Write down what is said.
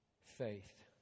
faith